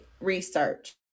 research